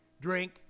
drink